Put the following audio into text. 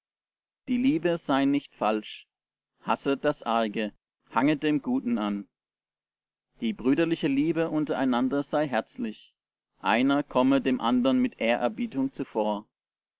die liebe sei nicht falsch hasset das arge hanget dem guten an die brüderliche liebe untereinander sei herzlich einer komme dem andern mit ehrerbietung zuvor